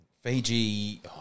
Fiji